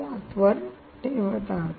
7 वर ठेवत आहात